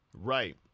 Right